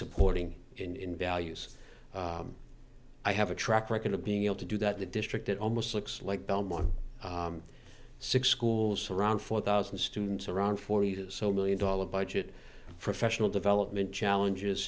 supporting in values i have a track record of being able to do that the district it almost looks like dumb one six schools around four thousand students around forty so million dollar budget for affectional development challenges